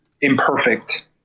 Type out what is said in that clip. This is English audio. imperfect